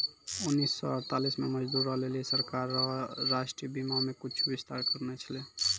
उन्नीस सौ अड़तालीस मे मजदूरो लेली सरकारें राष्ट्रीय बीमा मे कुछु विस्तार करने छलै